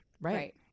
Right